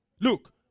Look